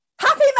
happy